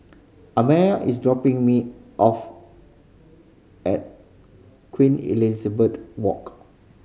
Amaya is dropping me off at Queen Elizabeth Walk